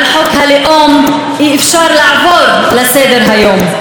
על חוק הלאום אי-אפשר לעבור לסדר-היום.